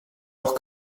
auch